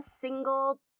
single